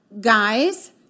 Guys